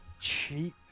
cheap